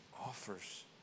offers